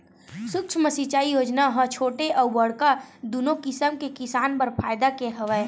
सुक्ष्म सिंचई योजना ह छोटे अउ बड़का दुनो कसम के किसान बर फायदा के हवय